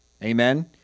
Amen